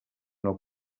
nou